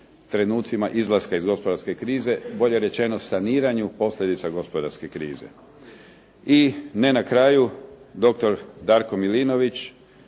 trenucima izlaska iz gospodarske krize, bolje rečeno saniranu posljedica gospodarske krize. I ne na kraju doktor Darko Milinović